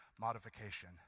modification